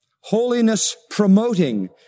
holiness-promoting